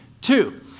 Two